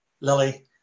Lily